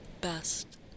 best